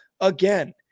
again